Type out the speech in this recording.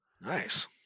Nice